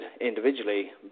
individually